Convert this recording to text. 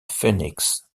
phoenix